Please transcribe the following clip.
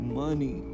money